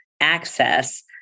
access